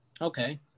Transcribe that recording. okay